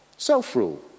Self-rule